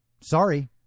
Sorry